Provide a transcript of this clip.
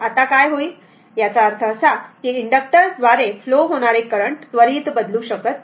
आता काय होईल याचा अर्थ असा की इंडक्टक्टरद्वारे फ्लो होणारे करंट त्वरित बदलू शकत नाही